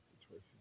situation